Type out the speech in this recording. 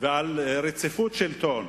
ועל רציפות השלטון.